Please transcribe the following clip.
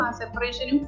separation